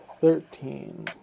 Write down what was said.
Thirteen